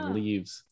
leaves